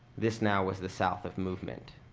this now was the south of movement.